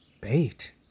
Bait